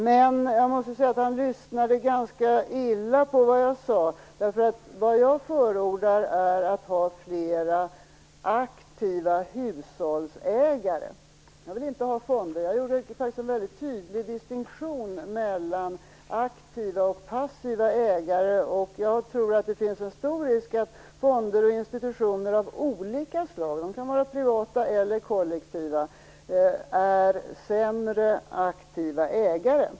Men jag måste säga att han lyssnade ganska illa på vad jag sade. Vad jag förordar är att ha flera aktiva hushållsägare. Jag vill inte ha fonder. Jag gjorde faktiskt en väldigt tydlig distinktion mellan aktiva och passiva ägare. Jag tror att det finns en stor risk för att fonder och institutioner av olika slag - de kan var privata eller kollektiva - är sämre aktiva ägare.